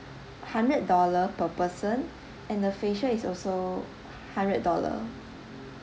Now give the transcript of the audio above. hundred dollar per person and the facial is also hundred dollar